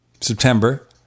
September